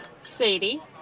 Sadie